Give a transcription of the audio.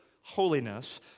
holiness